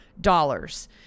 dollars